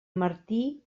martí